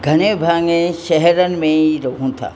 घणे भाङे शहरनि में ई रहूं था